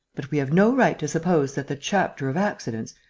but we have no right to suppose that the chapter of accidents,